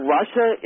Russia